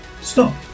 Stop